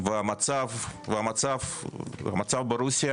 המצב ברוסיה